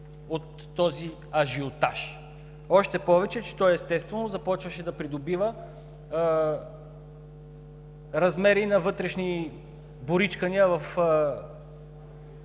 от този ажиотаж, още повече че, естествено, започваше да придобива размери на вътрешни боричкания в